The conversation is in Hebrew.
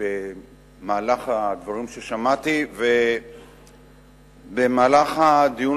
להעיר במהלך הדברים ששמעתי ובמהלך הדיון